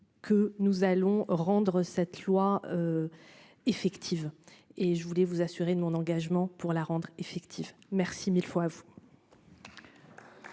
Que nous allons rendre cette loi. Effective et je voulais vous assurer de mon engagement pour la rendre effective, merci 1000 fois. Je vous